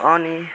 अनि